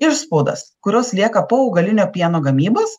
išspaudas kurios lieka po augalinio pieno gamybos